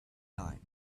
time